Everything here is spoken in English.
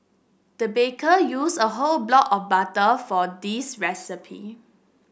the baker used a whole block of butter for this recipe